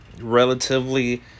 relatively